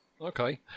Okay